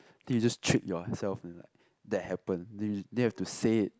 then you just trick yourself in like that happened then you have to say it